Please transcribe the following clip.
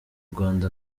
rwanda